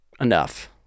enough